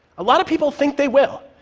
a lot of people think they will.